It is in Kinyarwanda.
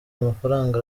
amafaranga